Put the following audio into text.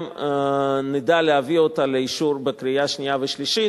גם נדע להביא אותה לאישור בקריאה שנייה וקריאה שלישית.